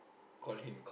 call him